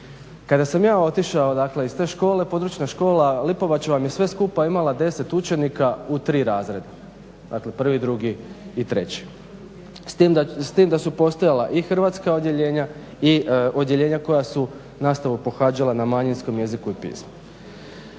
Kada sam ja otišao iz te škole, područna škola Lipovača vam je sve skupa ima deset učenika u tri razreda, s tim da su postojala i hrvatska odjeljenja i odjeljenja koja su nastavu pohađala na manjinskom jeziku i pismu.